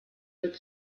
wird